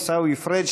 עיסאווי פריג',